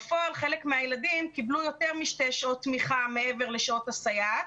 בפועל חלק מהילדים קיבלו יותר משתי שעות תמיכה מעבר לשעות הסייעת